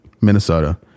Minnesota